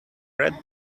red